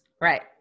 Right